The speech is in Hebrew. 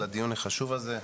על הדיון החשוב הזה.